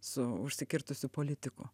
su užsikirtusiu politiku